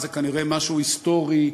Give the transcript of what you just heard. זה כנראה משהו היסטורי,